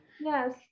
yes